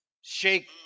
Shake